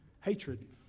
hatred